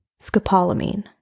scopolamine